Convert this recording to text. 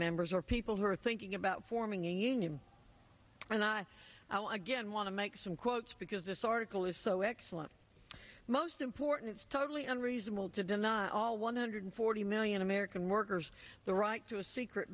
members or people who are thinking about forming a union and i again want to make some quotes because this article is so excellent most important it's totally unreasonable to deny all one hundred forty million american workers the right to a secret